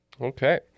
Okay